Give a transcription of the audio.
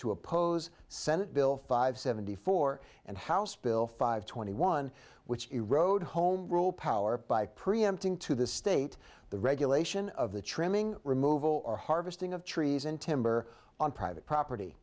to oppose senate bill five seventy four and house bill five twenty one which erode home rule power by preempting to the state the regulation of the trimming removal or harvesting of trees in tembe or on private property